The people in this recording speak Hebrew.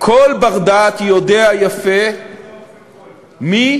כל בר-דעת יודע יפה מי